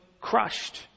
crushed